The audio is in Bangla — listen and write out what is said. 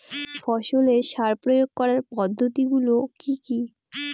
ফসলের সার প্রয়োগ করার পদ্ধতি গুলো কি কি?